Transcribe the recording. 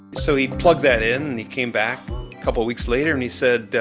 so he plugged that in and he came back a couple of weeks later and he said,